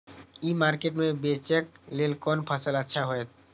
ई market में बेचेक लेल कोन फसल अच्छा होयत?